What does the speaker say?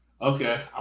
okay